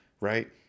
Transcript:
right